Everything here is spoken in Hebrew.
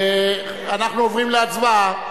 אנחנו עוברים להצבעה.